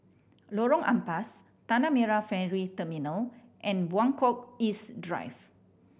Lorong Ampas Tanah Merah Ferry Terminal and Buangkok East Drive